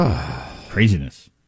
Craziness